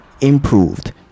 improved